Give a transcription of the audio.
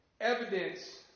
evidence